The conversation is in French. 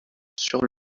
sur